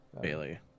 Bailey